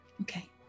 Okay